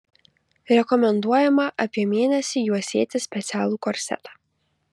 rekomenduojama apie mėnesį juosėti specialų korsetą